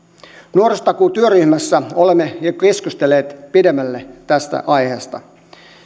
nuorisotakuu työryhmässä olemme jo keskustelleet pidemmälle tästä aiheesta